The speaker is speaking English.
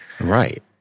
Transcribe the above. Right